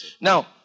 Now